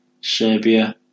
Serbia